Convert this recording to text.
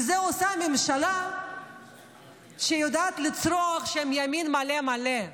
ואת זה עושה הממשלה שיודעת לצרוח שהם ימין מלא מלא.